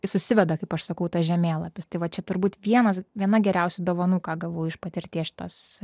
susiveda kaip aš sakau tas žemėlapis tai va čia turbūt vienas viena geriausių dovanų ką gavau iš patirties šitos